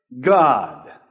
God